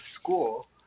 school